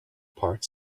part